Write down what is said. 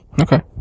Okay